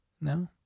No